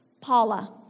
Paula